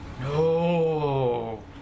No